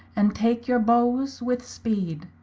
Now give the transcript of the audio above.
and take your bowes with speede.